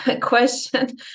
question